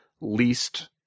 least